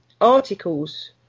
articles